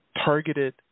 targeted